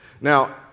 Now